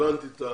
הבנתי את המסר.